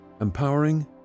Empowering